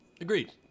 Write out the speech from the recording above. Agreed